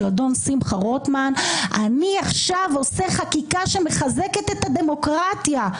אדון שמחה רוטמן: אני עכשיו עושה חקיקה שמחזקת את הדמוקרטיה.